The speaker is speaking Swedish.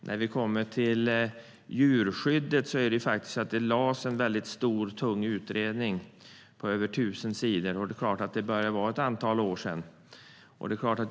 När vi kommer till djurskyddet har det lagts fram en stor och tung utredning på över 1 000 sidor, och det är klart att det börjar vara ett antal år sedan.